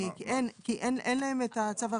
כי אין להם את הצו,